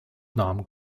nahm